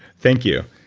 thank you.